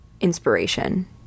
inspiration